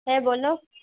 হ্যাঁ বলো